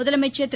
முதலமைச்சர் திரு